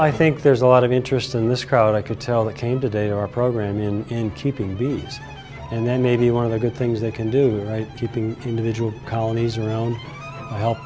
i think there's a lot of interest in this crowd i could tell that came today our program in keeping bees and then maybe one of the good things they can do right keeping individual colonies around help